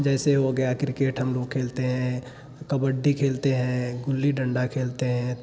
जैसे हो गया क्रिकेट हम लोग खेलते हैं कबड्डी खेलते हैं गुल्ली डंडा खेलते हैं